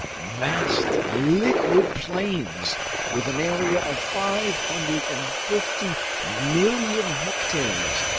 vast liquid plains with an area of five hundred and fifty million hectares,